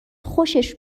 خوشش